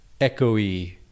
echoey